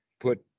put